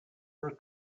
her